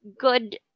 good